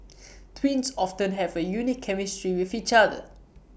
twins often have A unique chemistry with each other